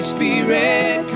Spirit